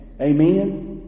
Amen